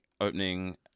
opening